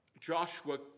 Joshua